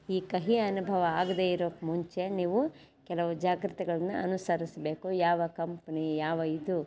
ಈ ಕಹಿ ಅನುಭವ ಆಗದೇ ಇರೋಕೆ ಮುಂಚೆ ನೀವು ಕೆಲವು ಜಾಗೃತೆಗಳನ್ನ ಅನುಸರಿಸಬೇಕು ಯಾವ ಕಂಪ್ನಿ ಯಾವ ಇದು